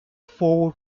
four